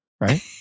Right